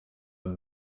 that